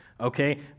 Okay